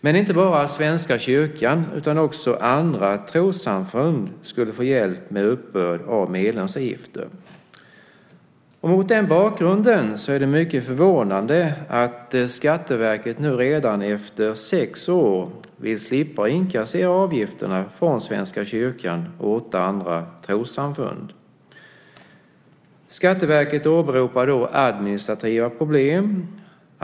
Men inte bara Svenska kyrkan utan också andra trossamfund skulle få hjälp med uppbörd av medlemsavgifter. Mot den bakgrunden är det mycket förvånande att Skatteverket nu redan efter sex år vill slippa inkassera avgifterna från Svenska kyrkan och åtta andra trossamfund. Skatteverket åberopar administrativa problem.